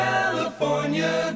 California